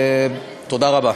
תודה רבה.